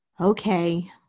Okay